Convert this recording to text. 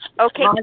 Okay